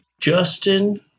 Justin